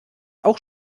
auch